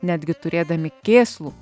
netgi turėdami kėslų